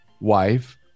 wife